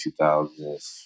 2000s